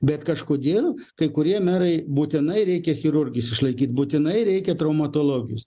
bet kažkodėl kai kurie merai būtinai reikia chirurgės išlaikyt būtinai reikia traumatologijos